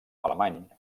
alemany